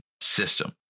system